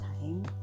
time